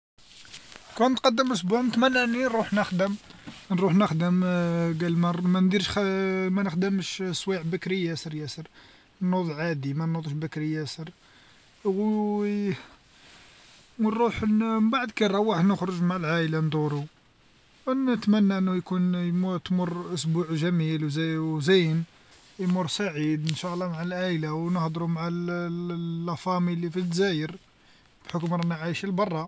لكان نتقدم أسبوع نتمنى أني نروح نخدم نروح نخدم قال ما- ما نديرش ما نخدمش سوايع بكري ياسر ياسر، نوض عادي ما نوضش بكري ياسر ونروح ن- من بعد كي نروح نخرج مع العائلة ندورو، نتمنى انه يكون تمر اسبوع جميل و- وزين إييمر سعيد ان شاء الله مع العائلة ونهدرو مع لفامي اللي فالدزاير. بحكم رانا عايشين لبرا.